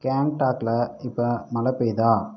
கேங்டாக்கில் இப்போ மழை பெய்யுதா